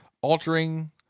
altering